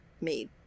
made